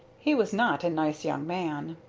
he was not a nice young man.